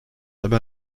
aber